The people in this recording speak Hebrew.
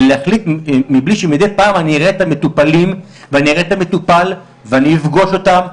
ולהחליט מבלי שמידי פעם אני אראה את המטופלים ואני אפגוש אותם,